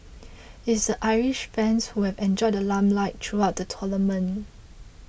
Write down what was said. it's the Irish fans who have enjoyed the limelight throughout the tournament